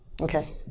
Okay